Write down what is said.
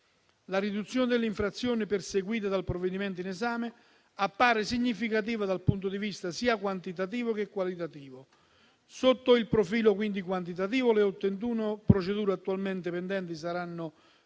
La riduzione delle infrazioni perseguita dal provvedimento in esame appare significativa sia dal punto di vista quantitativo sia da quello qualitativo. Sotto il profilo quantitativo, le 81 procedure attualmente pendenti saranno